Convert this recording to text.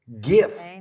gift